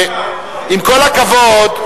עם כל הכבוד,